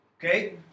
Okay